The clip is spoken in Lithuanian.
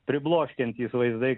pribloškiantys vaizdai